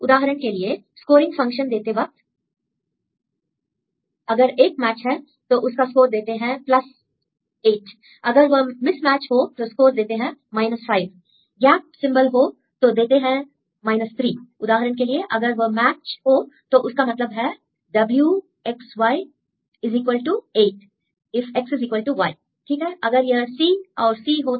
उदाहरण के लिए स्कोरिंग फंक्शन देते वक्त अगर एक मैच है तो उसका स्कोर देते हैं 8 अगर वह मिस मैच हो तो स्कोर देते हैं 5 गैप सिंबल हो तो देते हैं 3 उदाहरण के लिए अगर वह मैच हो तो इसका मतलब है wx y 8 if xy ठीक है अगर यह C और C हो तो